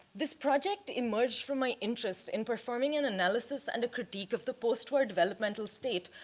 this project emerged from my interest in performing an analysis and a critique of the postwar developmental state,